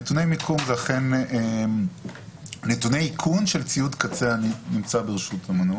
תשס"ח 2007 "'נתוני מיקום' נתוני איכון של ציוד קצה הנמצא ברשות מנוי".